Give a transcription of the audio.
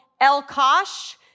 Elkosh